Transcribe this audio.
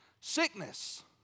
sickness